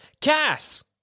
Cass